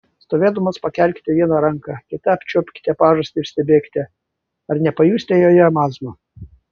stovėdamos pakelkite vieną ranką kita apčiuopkite pažastį ir stebėkite ar nepajusite joje mazgo